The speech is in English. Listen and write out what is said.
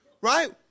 right